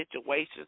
situations